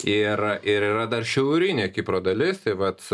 ir ir yra dar šiaurinė kipro dalis tai vat